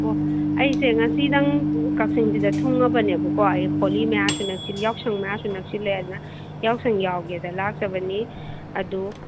ꯑꯣ ꯑꯩꯁꯦ ꯉꯁꯤꯗꯪ ꯀꯛꯆꯤꯡꯁꯤꯗ ꯊꯨꯡꯉꯕꯅꯦꯀꯣ ꯑꯩ ꯍꯣꯂꯤ ꯃꯌꯥꯁꯨ ꯅꯛꯁꯤꯜ ꯌꯥꯎꯁꯪ ꯃꯌꯥꯁꯨ ꯅꯛꯁꯤꯜꯂꯛꯑꯦꯅ ꯌꯥꯎꯁꯪ ꯌꯥꯎꯒꯦꯅ ꯂꯥꯛꯆꯕꯅꯤ ꯑꯗꯨ